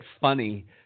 funny